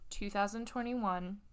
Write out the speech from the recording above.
2021